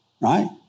right